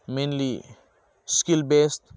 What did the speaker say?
मेनलि skill बेस